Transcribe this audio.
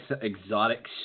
exotic